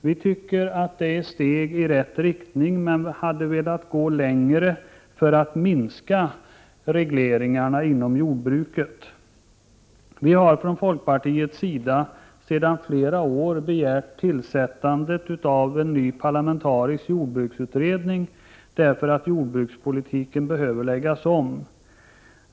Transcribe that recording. Vi tycker detta är steg i rätt riktning, men vi hade velat gå längre för att minska regleringarna inom jordbruket. Från folkpartiets sida har vi sedan flera år tillbaka begärt tillsättande av en ny parlamentarisk jordbruksutredning därför att jordbrukspolitiken behöver läggas om.